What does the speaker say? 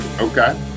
Okay